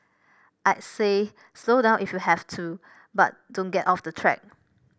I'd say slow down if you have to but don't get off the track